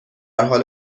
حال